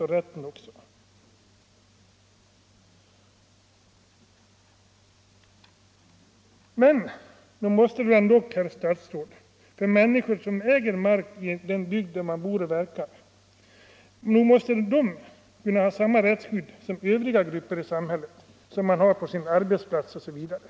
bA stäm i RA Men nog måste ändock, herr statsråd, de människor som äger mark — Om ändrade regler i den bygd där de bor och verkar kunna ha samma rättsskydd som övriga för tvångsinlösen grupper i samhället har på sin arbetsplats osv.